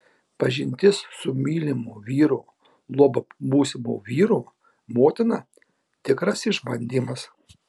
pažintis su mylimo vyro juolab būsimo vyro motina tikras išbandymas